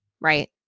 Right